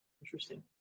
Interesting